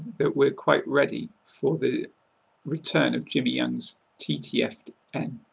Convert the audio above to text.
that we're quite ready for the return of jimmy young's ttfn. and